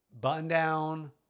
button-down